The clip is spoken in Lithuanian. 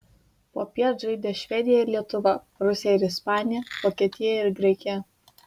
popiet žaidė švedija ir lietuva rusija ir ispanija vokietija ir graikija